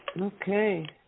Okay